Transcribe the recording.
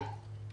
כן.